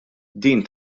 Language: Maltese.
din